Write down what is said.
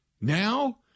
Now